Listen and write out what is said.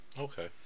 Okay